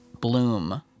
bloom